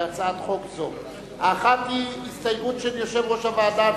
בהצעת חוק זאת: האחת היא הסתייגות של יושב-ראש הוועדה.